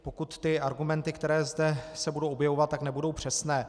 Pokud argumenty, které se zde budou objevovat, nebudou přesné.